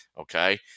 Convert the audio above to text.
okay